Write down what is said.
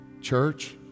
Church